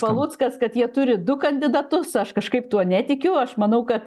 paluckas kad jie turi du kandidatus aš kažkaip tuo netikiu aš manau kad